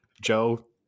Joe